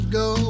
go